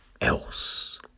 else